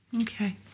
Okay